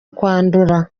kwandura